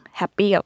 happy